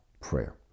prayer